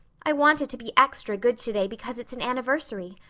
i wanted to be extra good today because it's an anniversary.